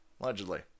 allegedly